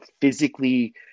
physically